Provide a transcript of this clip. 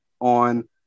on